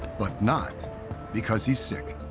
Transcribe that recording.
but not because he's sick.